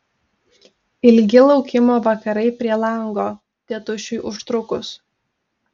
ilgi laukimo vakarai prie lango tėtušiui užtrukus